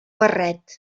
barret